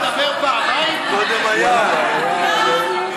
להצבעה במליאה, בשעה 01:00. הינה, הוא נכנס.